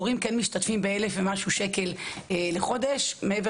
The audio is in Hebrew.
הורים משתתפים באלף ומשהו שקל לחודש מעבר